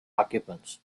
occupants